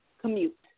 commute